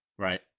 Right